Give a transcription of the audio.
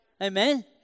Amen